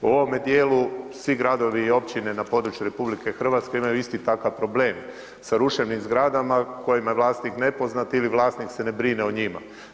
U ovome dijelu svi gradovi i općine na području RH imaju isti takav problem sa ruševnim zgradama kojima je vlasnik nepoznat ili se vlasnik ne brine o njima.